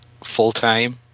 full-time